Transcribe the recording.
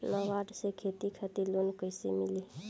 नाबार्ड से खेती खातिर लोन कइसे मिली?